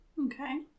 okay